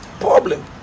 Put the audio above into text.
problem